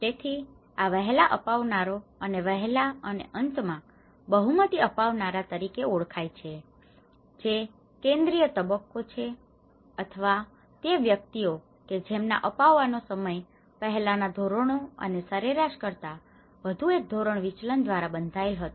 તેથી આ વહેલા અપનાવનારાઓ અને વહેલા અને અંતમાં બહુમતી અપનાવનારા તરીકે ઓળખાય છે જે કેન્દ્રીય તબક્કો છે અથવા તે વ્યક્તિઓ કે જેમના અપનાવવાનો સમય પહેલાંના ધોરણો અને સરેરાશ કરતા વધુ એક ધોરણ વિચલન દ્વારા બંધાયેલ હતો